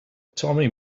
tommy